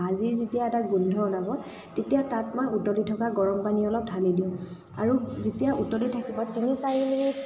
ভাজি যেতিয়া এটা গোন্ধ ওলাব তেতিয়া তাত মই উতলি থকা গৰমপানী অলপ ঢালি দিওঁ আৰু যেতিয়া উতলি থাকিব তিনি চাৰি মিনিট